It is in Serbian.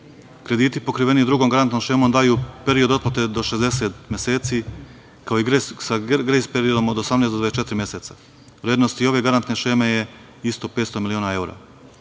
Krediti pokriveni drugom garantnom šemom daju period otplate do 60 meseci sa grejs periodom od 18-24 meseca. Vrednost ove garantne šeme je isto 500 miliona evra.